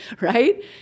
right